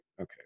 okay